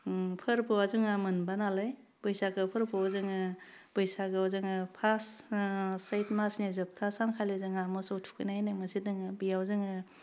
उम फोरबोआ जोङा मोनबा नालाय बैसागो फोरबोआव जोङो बैसागोआव जोङो फास्ट सैथ मासनि जोबथा सानखालि जोंहा मोसौ थुखैनाय होन्नाय मोनसे दङो बेयाव जोङो